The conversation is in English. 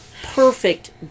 perfect